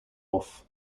off